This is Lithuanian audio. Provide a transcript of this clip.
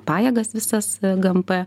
pajėgas visas gmp